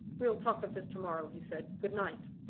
we'll talk of this to-morrow, he said. good-night.